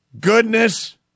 Goodness